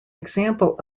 example